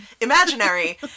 imaginary